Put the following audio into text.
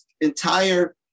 entire